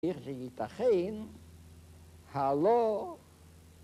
איך זה ייתכן, הלא